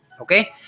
Okay